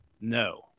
no